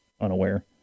unaware